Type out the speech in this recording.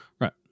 Right